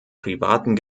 privaten